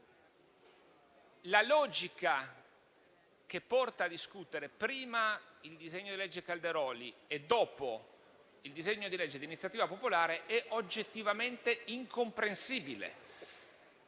La logica che porta a discutere prima il disegno di legge Calderoli e, dopo, il disegno di legge di iniziativa popolare è oggettivamente incomprensibile.